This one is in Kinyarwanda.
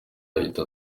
ahita